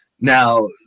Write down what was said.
Now